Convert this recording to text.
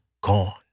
gone